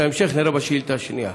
את ההמשך נראה בשאילתה השנייה.